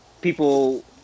people